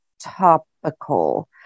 topical